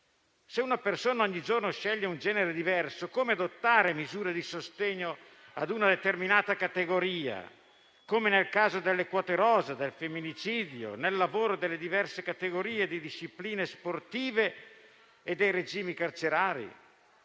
Se una persona ogni giorno ne sceglie uno diverso, come adottare misure di sostegno a una determinata categoria, come nel caso delle quote rosa, del femminicidio, del lavoro delle diverse categorie, delle discipline sportive e dei regimi carcerari?